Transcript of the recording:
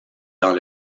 dans